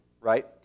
right